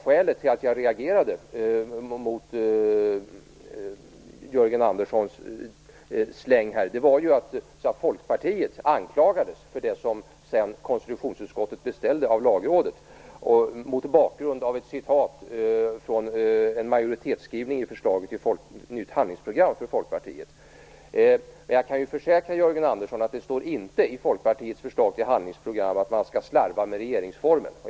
Skälet till att jag reagerade mot Jörgen Anderssons "släng" var att Folkpartiet anklagades för det som konstitutionsutskottet sedan beställde av Lagrådet, mot bakgrund av ett citat från en majoritetsskrivning i förslaget till nytt handlingsprogram för Jag kan försäkra Jörgen Andersson att det inte står i Folkpartiets förslag till handlingsprogram att man skall slarva med regeringsformen.